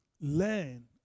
learn